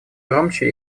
громче